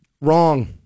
wrong